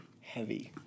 Heavy